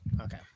Okay